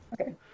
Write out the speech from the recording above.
Okay